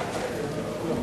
נתקבלו.